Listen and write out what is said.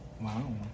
Wow